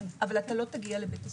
אבל לא תגיע לבית הספר.